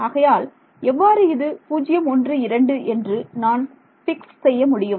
ஆகையால் எவ்வாறு இது 012 என்று நான் பிக்ஸ் செய்ய முடியும்